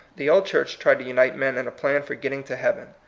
the old church tried to unite men in a plan for getting to heaven.